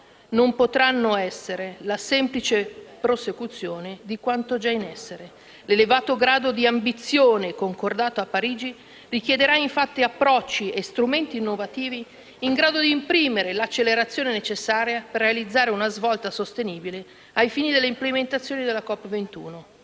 non potranno essere la semplice prosecuzione di quanto già in essere. L'elevato grado di ambizione concordato a Parigi richiederà infatti approcci e strumenti innovativi in grado di imprimere l'accelerazione necessaria per realizzare un svolta sostenibile ai fini dell'implementazione di quanto